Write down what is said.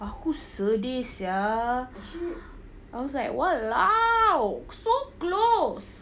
aku sedih sia I was like !walao! so close